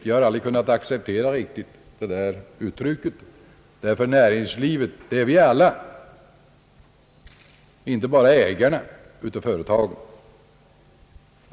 Jag har aldrig kunnat acceptera det där uttrycket riktigt, ty näringslivet — det är vi alla, inte bara ägarna till företagen.